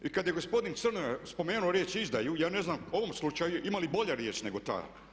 I kada je gospodin Crnoja spomenuo riječ izdaju ja ne znam u ovom slučaju ima li bolja riječ nego ta.